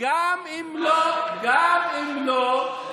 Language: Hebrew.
גם אם לא, פעם ראשונה שעושים עם זה משהו.